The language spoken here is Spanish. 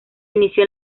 inició